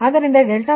ಆದ್ದರಿಂದ ಇದು 0